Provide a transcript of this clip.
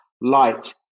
light